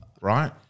right